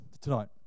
tonight